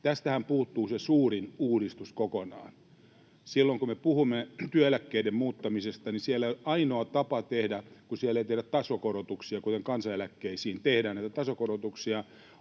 tästähän puuttuu se suurin uudistus kokonaan. Silloin kun me puhumme työeläkkeiden muuttamisesta, niin kun siellä ei tehdä tasokorotuksia — kuten kansaneläkkeisiin tehdään näitä tasokorotuksia